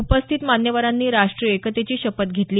उपस्थित मान्यवरांनी राष्टीय एकतेची शपथ घेतली